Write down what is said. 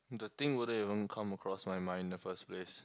the thing wouldn't even come across my mind in the first place